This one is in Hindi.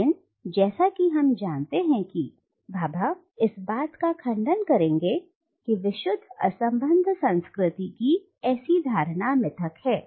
लेकिन जैसा कि हम जानते हैं कि भाभा इस बात का खंडन करेंगे कि विशुद्ध असंबंध संस्कृति की ऐसी धारणा मिथक है